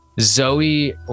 Zoe